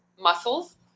muscles